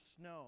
snow